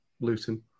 Luton